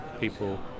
people